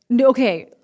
Okay